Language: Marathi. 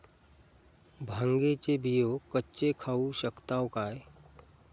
भांगे चे बियो कच्चे खाऊ शकताव काय?